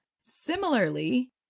Similarly